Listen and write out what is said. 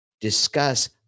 discuss